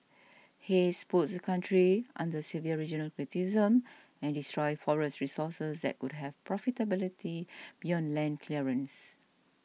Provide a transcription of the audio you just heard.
haze puts the country under severe regional criticism and destroys forest resources that could have profitability beyond land clearance